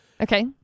Okay